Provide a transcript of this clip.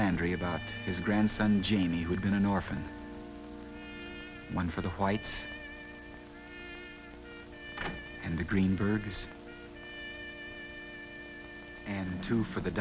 landry about his grandson jamie would be an orphan one for the white and the green birds and two for the